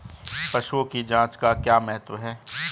पशुओं की जांच का क्या महत्व है?